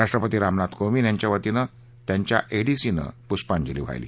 राष्ट्रपति रामनाथ कोविंद यांच्या वतीने त्यांच्या एडीसीनं पुष्पांजली वाहिली